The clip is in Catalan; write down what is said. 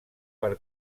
per